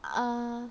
ah